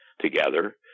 together